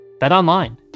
BetOnline